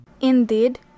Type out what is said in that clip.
Indeed